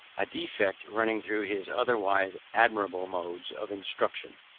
a defect running through his otherwise admirable modes of instruction,